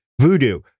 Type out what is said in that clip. Voodoo